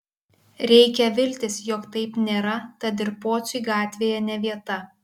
reikia viltis jog taip nėra tad ir pociui gatvėje ne vieta